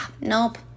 nope